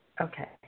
Okay